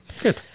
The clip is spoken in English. good